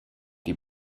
die